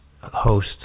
host